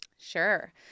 Sure